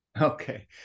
Okay